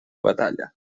batalla